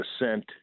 ascent